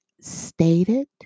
stated